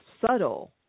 subtle